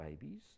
babies